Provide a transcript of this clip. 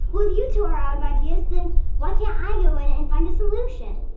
well if you two are out of ideas, then why can't i go in and find a solution?